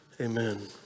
Amen